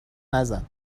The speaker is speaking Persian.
نزن